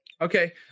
Okay